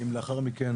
אם לאחר מכן